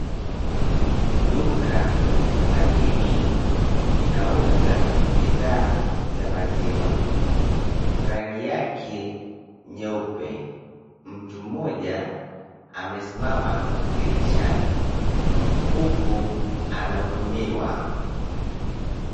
Duka la Kieni linauza bidhaa za maziwa rangi yake nyeupe. Mtu mmoja amesimama dirishani huku anahudumiwa.